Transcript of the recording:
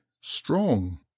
strong